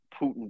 Putin